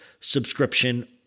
subscription